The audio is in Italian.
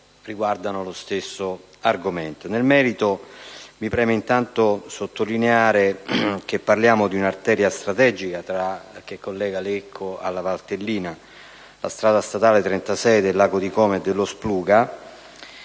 riguardano lo stesso argomento. Nel merito, mi preme intanto sottolineare che parliamo di un'arteria strategica che collega Lecco alla Valtellina, la strada statale 36 «Del Lago di Como e dello Spluga»,